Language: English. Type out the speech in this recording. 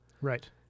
right